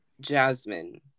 jasmine